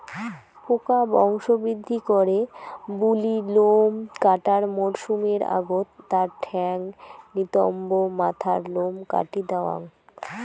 পোকা বংশবৃদ্ধি করে বুলি লোম কাটার মরসুমের আগত তার ঠ্যাঙ, নিতম্ব, মাথার লোম কাটি দ্যাওয়াং